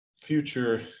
future